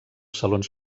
salons